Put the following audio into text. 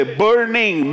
burning